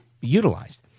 utilized